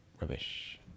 rubbish